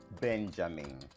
Benjamin